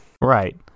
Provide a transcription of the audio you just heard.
Right